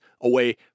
away